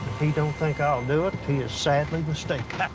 he don't think i'll do it, he is sadly mistaken.